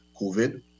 COVID